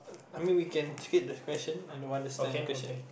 I mean we can skip the question I don't understand the question